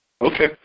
Okay